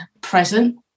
present